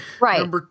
Right